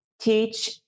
teach